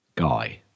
guy